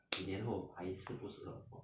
几年后还是不适合